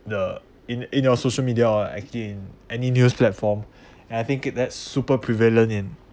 the in in your social media or actually in any news platform and I think it that's super prevalent in